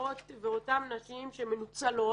נפגעות ואותן נשים שמנוצלות,